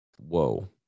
whoa